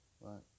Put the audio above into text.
right